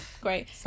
great